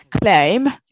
claim